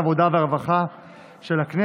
הטרומית ותעבור לוועדת העבודה והרווחה של הכנסת.